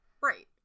Right